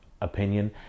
opinion